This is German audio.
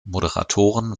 moderatoren